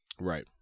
Right